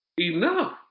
enough